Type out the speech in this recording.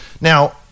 now